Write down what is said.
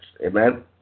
amen